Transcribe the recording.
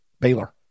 Baylor